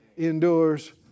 Endures